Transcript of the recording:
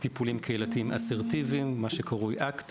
טיפולים קהילתיים אסרטיביים מה שקרוי ACT,